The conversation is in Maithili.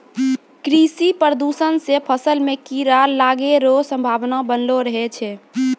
कृषि प्रदूषण से फसल मे कीड़ा लागै रो संभावना वनलो रहै छै